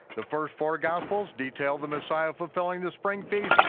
the first four gospels detail them as sign of fulfilling the spring feast.